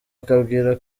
akambwira